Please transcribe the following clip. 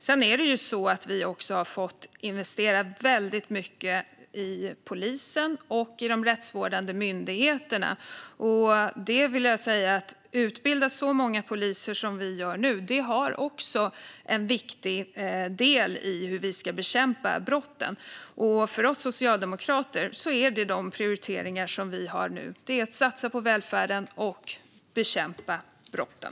Sedan har vi fått investera väldigt mycket i polisen och de rättsvårdande myndigheterna. Att utbilda så många poliser som vi gör nu är också en viktig del i att bekämpa brotten. För oss socialdemokrater är våra prioriteringar nu att satsa på välfärden och bekämpa brotten.